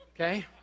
Okay